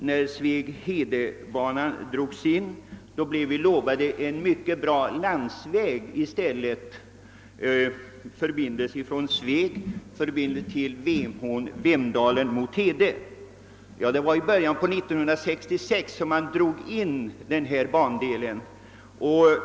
När Sveg—Hede-banan drogs in i början av 1966 blev vi lovade en bra landsväg i stället som förbindelse från Sveg till Vemhån-Vemdalen mot Hede.